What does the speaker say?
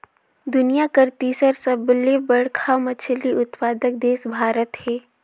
दुनिया कर तीसर सबले बड़खा मछली उत्पादक देश भारत हे